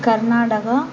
Karnataka